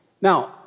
Now